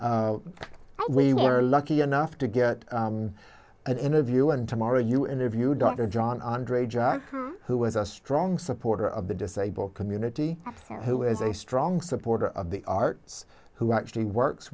we were lucky enough to get an interview and tomorrow you interviewed dr john andre john who was a strong supporter of the disabled community who is a strong supporter of the arts who actually works